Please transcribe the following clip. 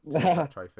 trophy